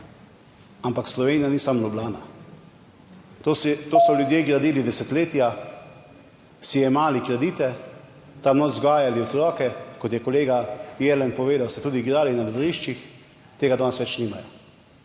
ampak Slovenija ni samo Ljubljana, to so ljudje gradili desetletja, si jemali kredite, tam vzgajali otroke, kot je kolega Jelen povedal, se tudi igrali na dvoriščih, tega danes več nimajo.